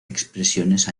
expresiones